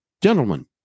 Gentlemen